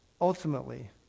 Ultimately